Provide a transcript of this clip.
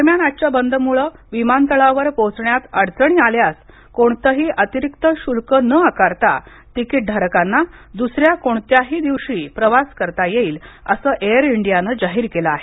दरम्यान आजच्या बंदमुळं विमानतळावर पोहोचण्यात अडचणी आल्यास कोणतंही अतिरिक्त शुल्क न आकारता तिकीटधारकांना दुसऱ्या कोणत्याही दिवशी प्रवास करता येईल असं एअर इंडियानं जाहीर केलं आहे